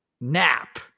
nap